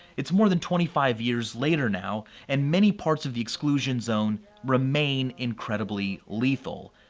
it's more than twenty five years later now and many parts of the exclusion zone remain incredibly lethal.